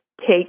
take